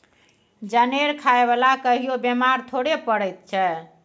जनेर खाय बला कहियो बेमार थोड़े पड़ैत छै